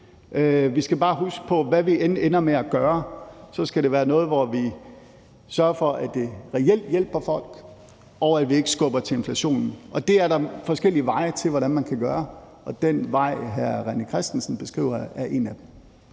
Vi skal bare huske på, at hvad vi end ender med at gøre, skal det være noget, hvor vi sørger for, at det reelt hjælper folk, og at vi ikke skubber til inflationen, og der er forskellige veje til, hvordan man kan gøre det, og den vej, hr. René Christensen beskriver, er en af dem.